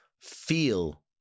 feel